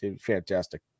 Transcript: fantastic